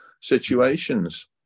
situations